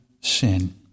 sin